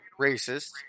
racist